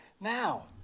now